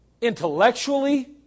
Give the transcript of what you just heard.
intellectually